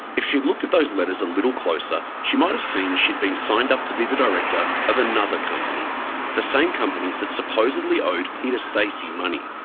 if she'd looked at those letters a little closer, she might have seen she'd been signed up to be the director of another company the same company that supposedly owed peter stacey money.